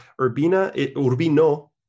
Urbino